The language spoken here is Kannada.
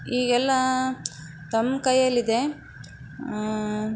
ಈಗೆಲ್ಲ ತಮ್ಮ ಕೈಯಲ್ಲಿದೆ